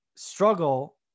struggle